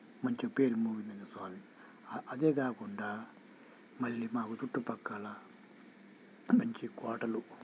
మంచిగా పేరు మోసిందని స్వామి అదే కాకుండా మళ్ళీ మాకు చుట్టుపక్కల మంచిగ కోటలు